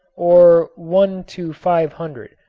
or one to five hundred,